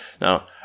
Now